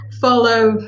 follow